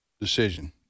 decision